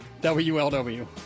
WLW